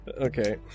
Okay